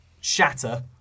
Shatter